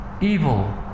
evil